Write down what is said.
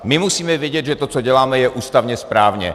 My musíme vědět, že to, co děláme, je ústavně správně.